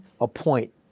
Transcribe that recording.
appoint